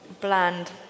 bland